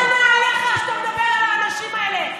של נעליך כשאתה מדבר על האנשים האלה,